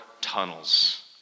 tunnels